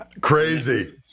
Crazy